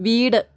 വീട്